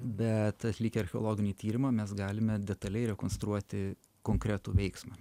bet atlikę archeologinį tyrimą mes galime detaliai rekonstruoti konkretų veiksmą